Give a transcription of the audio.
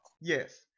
Yes